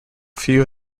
few